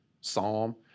Psalm